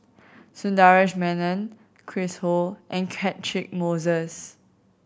Sundaresh Menon Chris Ho and Catchick Moses